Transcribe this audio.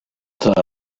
thought